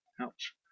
ouch